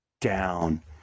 down